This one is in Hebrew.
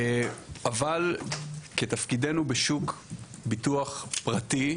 אבל כתפקידנו בשוק ביטוח פרטי,